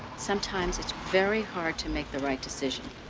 sometimes it's very hard to make the right decision,